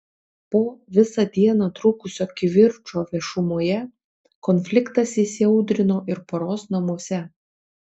po visą dieną trukusio kivirčo viešumoje konfliktas įsiaudrino ir poros namuose